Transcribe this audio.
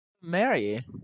Mary